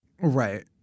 Right